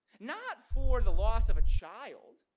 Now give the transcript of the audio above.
not for the loss of a child,